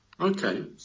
Okay